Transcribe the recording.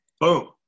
Boom